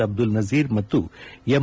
ಅಬ್ದುಲ್ ನಜೀರ್ ಮತ್ತು ಎಂ